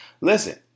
Listen